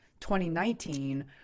2019